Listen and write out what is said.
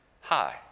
Hi